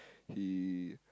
he